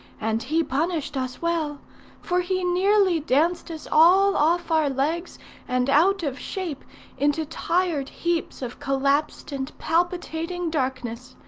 and he punished us well for he nearly danced us all off our legs and out of shape into tired heaps of collapsed and palpitating darkness.